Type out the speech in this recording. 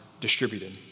distributed